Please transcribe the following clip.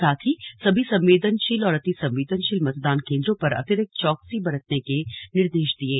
साथ ही सभी संवेदनशील और अतिसंवेदनशील मतदान केन्द्रों पर अतिरिक्त चौकसी बरतने के निर्देश दिये